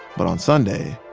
but on sunday,